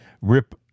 rip